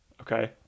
Okay